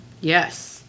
Yes